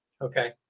okay